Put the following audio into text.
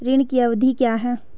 ऋण की अवधि क्या है?